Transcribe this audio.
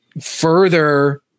further